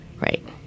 right